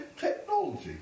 technology